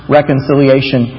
reconciliation